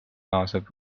naaseb